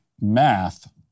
math